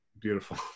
Beautiful